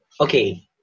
okay